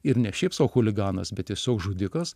ir ne šiaip sau chuliganas bet tiesiog žudikas